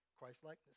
Christlikeness